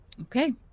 okay